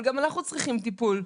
גם אנחנו צריכים טיפול,